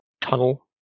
tunnel